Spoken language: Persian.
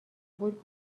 بود